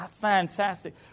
fantastic